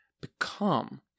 become